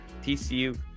TCU